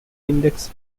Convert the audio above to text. index